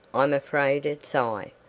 i'm afraid it's i.